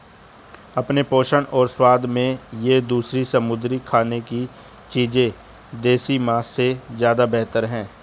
अपने पोषण और स्वाद में ये दूसरी समुद्री खाने की चीजें देसी मांस से ज्यादा बेहतर है